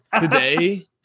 Today